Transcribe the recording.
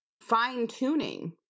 fine-tuning